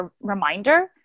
reminder